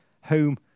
Home